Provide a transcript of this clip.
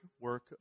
work